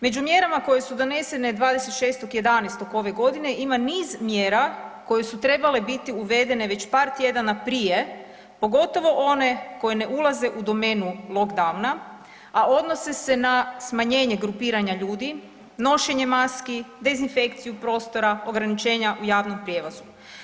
Među mjerama koje su donesene 26.11. ove godine ima niz mjera koje su trebale biti uvedene već par tjedana prije, pogotovo one koje ne ulaze u domenu lockdowna, a odnose se na smanjenje grupiranja ljudi, nošenja maski, dezinfekciju prostora, ograničenja u javnom prijevozu.